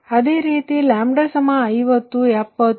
ಅದೇ ರೀತಿ 50 70 73